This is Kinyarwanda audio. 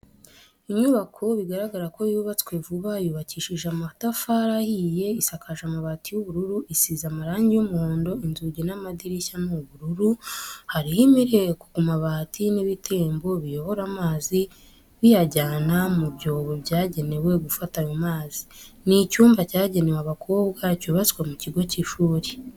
Inyubako bigaragara ko yubatswe vuba yubakishije amatafari ahiye isakaje amabati y'ubururu isize amarangi y'umuhondo inzugi n'amadirishya ni ubururu, hariho imireko ku mabati n'ibitembo biyobora amazi biyajyana mu byobo byagenewe gufata ayo mazi, ni icyumba cyagenewe abakobwa cyubatswe mu kigo cy'ishuri.